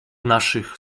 naszych